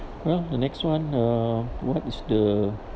well the next one uh what is the